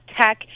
tech